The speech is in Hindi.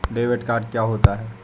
डेबिट कार्ड क्या होता है?